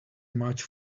much